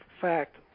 fact